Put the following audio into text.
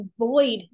avoid